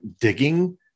digging